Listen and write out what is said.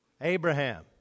Abraham